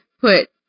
put